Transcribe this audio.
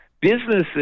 Businesses